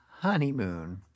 Honeymoon